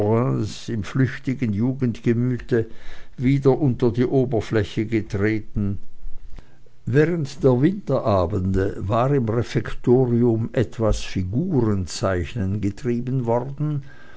im flüchtigen jugendgemüte wieder unter die oberfläche getreten während der winterabende war im refektorium etwas figurenzeichnen getrieben worden